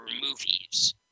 movies